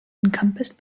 encompassed